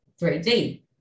3D